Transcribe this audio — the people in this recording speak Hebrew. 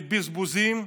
לבזבוזים,